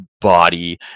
body